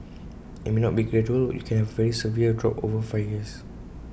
and IT may not be gradual you can have A very severe drop over five years